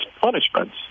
punishments